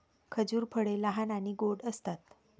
खजूर फळे लहान आणि गोड असतात